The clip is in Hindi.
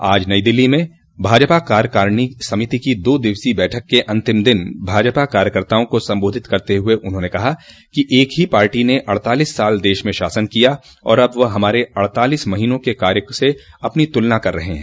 आज नई दिल्ली में भाजपा कार्यकारिणी समिति की दो दिवसीय बैठक के अन्तिम दिन भाजपा कार्यकर्ताओं को सम्बोधित करते हुए उन्होंने कहा कि एक ही पार्टी ने अड़तालिस साल देश में शासन किया और अब वह हमारे अड़तालिस महीनों के काम से अपनी तुलना कर रहे हैं